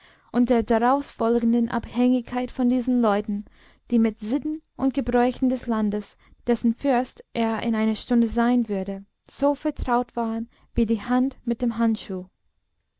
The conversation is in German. und der daraus folgenden abhängigkeit von diesen leuten die mit sitten und gebräuchen des landes dessen fürst er in einer stunde sein würde so vertraut waren wie die hand mit dem handschuh